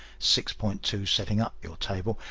six point two setting up your table,